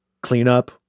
cleanup